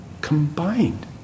Combined